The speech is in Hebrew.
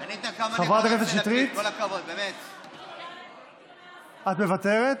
חברת הכנסת שטרית, את מוותרת?